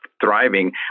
thriving